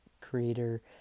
creator